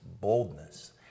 boldness